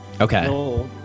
Okay